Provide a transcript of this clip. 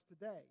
today